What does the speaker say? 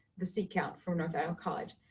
the seat count for north idaho college.